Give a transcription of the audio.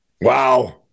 Wow